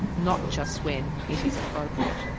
not just when it is appropriate.